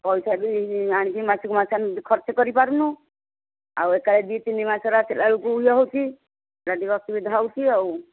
ପଇସା ବି ଆଣିକି ମାସକୁ ମାସ ଖର୍ଚ୍ଚ କରିପାରୁନୁ ଆଉ ଏକା ବେଳକେ ଦୁଇ ତିନି ମାସର ଆସିଲା ବେଳକୁ ୟେ ହେଉଛି ସେହିଟା ଟିକେ ଅସୁବିଧା ହେଉଛି ଆଉ